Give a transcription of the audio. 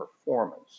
performance